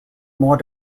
more